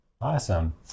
awesome